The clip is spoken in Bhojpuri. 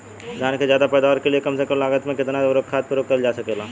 धान क ज्यादा पैदावार के लिए कम लागत में कितना उर्वरक खाद प्रयोग करल जा सकेला?